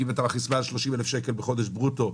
כי אם אתה מכניס מעל 30,000 שקל בחודש ברוטו,